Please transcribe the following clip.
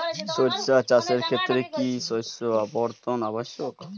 সরিষা চাষের ক্ষেত্রে কি শস্য আবর্তন আবশ্যক?